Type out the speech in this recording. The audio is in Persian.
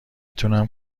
تونم